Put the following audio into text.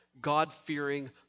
God-fearing